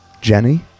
Jenny